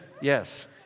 Yes